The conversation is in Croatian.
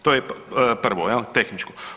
To je prvo, tehničko.